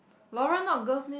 Lauren not girl's name